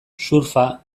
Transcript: surfa